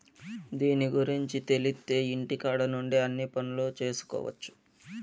దీని గురుంచి తెలిత్తే ఇంటికాడ నుండే అన్ని పనులు చేసుకొవచ్చు